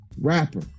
rapper